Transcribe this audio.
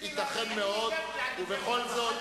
ייתכן מאוד, ובכל זאת